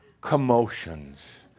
commotions